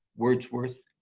wordsworth,